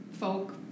Folk